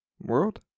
world